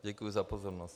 Děkuji za pozornost.